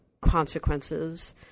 consequences